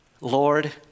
Lord